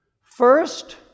First